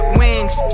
wings